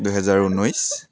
দুহেজাৰ উনৈছ